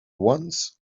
once